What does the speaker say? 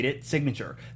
signature